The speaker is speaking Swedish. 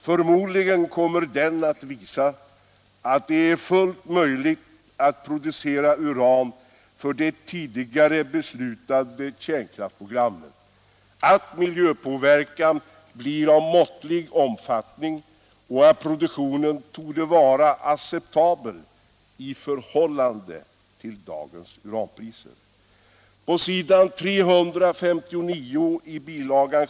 Förmodligen kommer den att visa att det är fullt möjligt att producera uran för det tidigare beslutade kärnkraftsprogrammet, att miljöpåverkan blir av måttlig omfattning och att produktionen torde vara acceptabel i förhållande till dagens uranpriser. På s. 359 i bil.